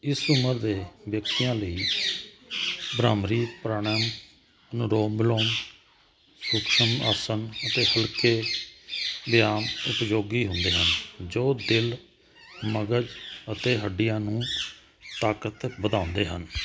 ਇਸ ਉਮਰ ਦੇ ਵਿਅਕਤੀਆਂ ਲਈ ਭ੍ਰਾਮਰੀ ਪਰਾਆਨਾਮ ਅਲੋਮ ਵਲੋਮ ਉੱਤਮ ਆਸਨ ਅਤੇ ਉਪਯੋਗੀ ਹੁੰਦੇ ਹਨ ਜੋ ਦਿਲ ਮਗਜ ਅਤੇ ਹੱਡੀ ਨੂੰ ਤਾਕਤ ਵਧਾਉਂਦੇ ਹਨ